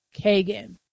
kagan